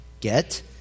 get